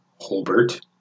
holbert